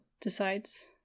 decides